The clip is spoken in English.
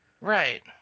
Right